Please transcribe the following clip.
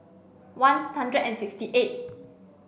one hundred and sixty eight